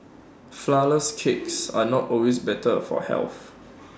Flourless Cakes are not always better for health